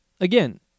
again